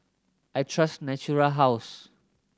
I trust Natura House